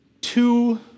two